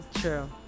True